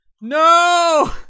No